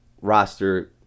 roster